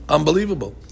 Unbelievable